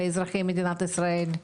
לאזרחי מדינת ישראל?